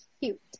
cute